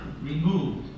removed